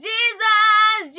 Jesus